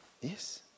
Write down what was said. Yes